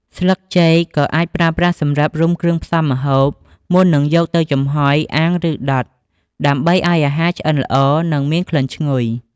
ស្លឹកចេកក៏អាចប្រើប្រាស់សម្រាប់រុំ គ្រឿងផ្សំម្ហូប មុននឹងយកទៅចំហុយ អាំង ឬដុត ដើម្បីឱ្យអាហារឆ្អិនល្អ និងមានក្លិនឈ្ងុយ។